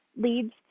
leads